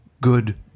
good